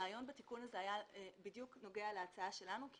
הרעיון בתיקון הזה נגע בדיוק להצעה שלנו כי